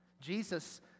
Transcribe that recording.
Jesus